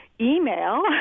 email